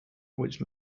which